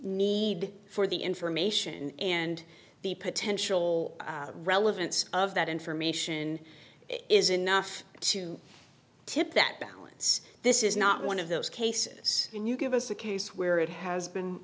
need for the information and the potential relevance of that information is enough to tip that balance this is not one of those cases can you give us a case where it has been